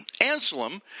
Anselm